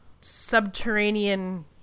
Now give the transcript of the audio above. subterranean